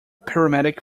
paramedic